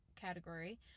category